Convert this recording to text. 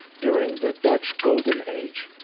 during the dutch golden age,